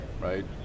right